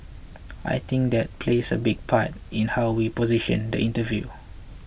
I think that plays a big part in how we position the interview